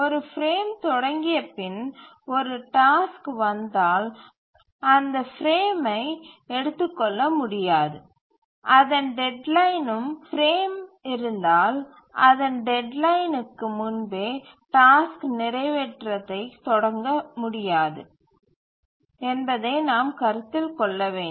ஒரு பிரேம் தொடங்கிய பின் ஒரு டாஸ்க் வந்தால் அந்தச் பிரேம் த்தை அந்தச் பிரேம் த்தில் எடுத்துக்கொள்ள முடியாது அதன் டெட்லைன் வும் பிரேம் கத்திற்குள் இருந்தால் அதன் டெட்லைன் வுக்கு முன்பே டாஸ்க் நிறைவேற்றத்தைத் தொடங்க முடியாது என்பதை நாம் கருத்தில் கொள்ள வேண்டும்